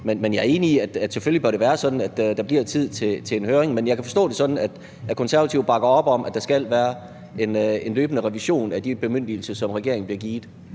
Men jeg er enig i, at det selvfølgelig bør være sådan, at der bliver tid til en høring. Men jeg forstår det sådan, at Konservative bakker op om, at der skal være en løbende revision af de bemyndigelser, som regeringen bliver givet.